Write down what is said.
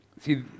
See